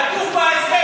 כתוב בהסכם.